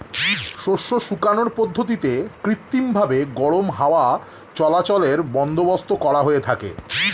শস্য শুকানোর পদ্ধতিতে কৃত্রিমভাবে গরম হাওয়া চলাচলের বন্দোবস্ত করা হয়ে থাকে